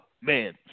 man